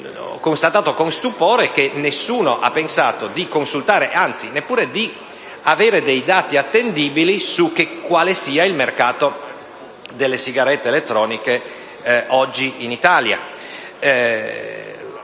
Ho constatato con stupore che nessuno ha pensato di consultare, anzi neppure di avere dei dati attendibili su quale sia oggi in Italia il mercato delle sigarette elettroniche. Quando